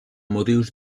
motius